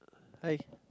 I